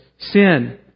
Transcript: Sin